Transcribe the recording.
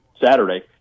Saturday